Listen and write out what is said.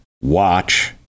watch